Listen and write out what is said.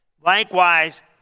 Likewise